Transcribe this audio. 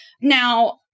Now